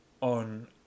on